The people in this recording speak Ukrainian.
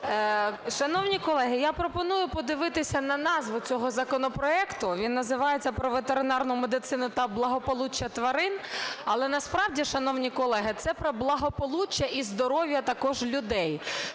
Шановні колеги, я пропоную подивитися на назву цього законопроекту. Він називається "Про ветеринарну медицину та благополуччя тварин". Але насправді, шановні колеги, це про благополуччя і здоров'я також людей.